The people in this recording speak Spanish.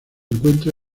encuentra